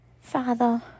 Father